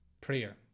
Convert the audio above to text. Prayer